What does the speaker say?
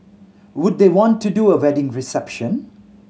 would they want to do a wedding reception